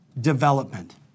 development